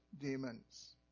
demons